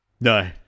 No